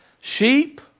Sheep